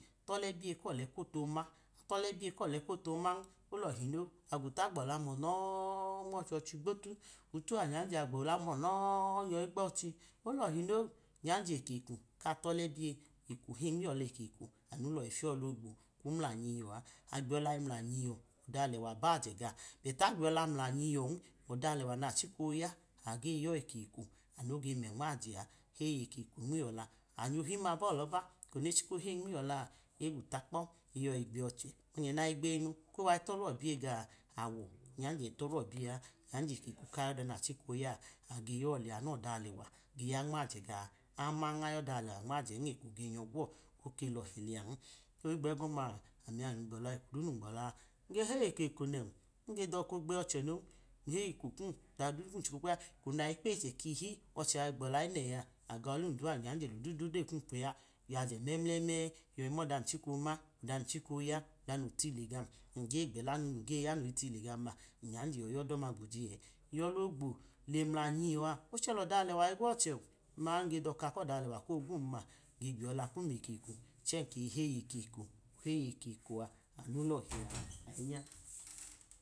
Tọlẹ biye kọlẹ koto ma, tọlẹ biye kọlẹ koto man, olọtrinọ, agmuta gbọla mọnọ-ọ nmọchọehi gbotu, out agbola mọnọ-ọ nyọyi gbochi olọhi no, nyanje, eko eko ka tọle biye, eko oheyi nmiyo̱la ekoko anu lohi fiyọla ogbo kwu mlanji iyọ a, ayi gbiyọla inlanyi iyọ ọda alewa bajẹ ga, bete afbo iyọla mlanyi iyọn, ọda alẹwa bajẹ nachika oja age yo̱ eko eko noge mẹ nmajẹ a, heyi eko eko nmiyọla, anya ohim ana bọlọba eko ne chiko heyi nmiyọla a, egwuta kpọ, eyoyi gbeyi ọchẹ, ọne nayi gbeyimu koga tọlọ biye ga a, awọ inyanjẹ tọlo biye a, mynjẹ eko eko ka yo̱da na chika oyaa, abe yọ lẹa no̱da alẹwa nmajẹ eko ge nyọ gwọ, oke lọhi lẹa, higbo ẹgọma ami a kum gbiyo̱la nge heyi eko nen nge do̱ka ogbeyi ọchẹ non, n heyi eko kum ọda du kum kmu kla, eko nayi kpeyi chẹ kihi ọchẹ a igbiyọla ẹnẹ a, aga ọlum dua nanyonyẹ lodudodeyi kum kpoya, yajẹ mẹlẹlẹ yọyi mọda mum chika yọyi ma, ọda mum chika oya ọda no tile gam num ge jela num ge ya noje tile gamma, n nyanjẹ iyọda ọma gbji ẹ, iyo̱la ogbo le mlanyi iyọ a, ochẹ lọda alẹwa igwuọchẹn, am-ma nge do̱ka ko̱da alẹwa ko gwum-ma, mgbiyọlo kum eko eko chẹ, nkeyi heyi eko eko, oheyi eko eko a anu lohi ayimya.